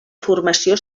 formació